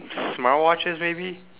smart watches maybe